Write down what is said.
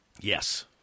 Yes